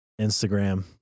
Instagram